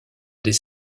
des